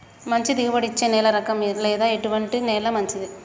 మంచి దిగుబడి ఇచ్చే నేల రకం ఏది లేదా ఎటువంటి నేల మంచిది?